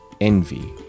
envy